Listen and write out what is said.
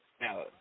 Now